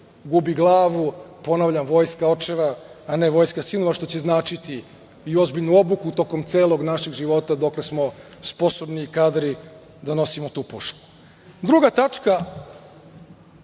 gubi glavu, ponavljam - vojska očeva a ne vojska sinova, što će značiti i ozbiljnu obuku tokom celog našeg života dokle smo sposobni i kadri da nosimo tu pušku. Druga tačka,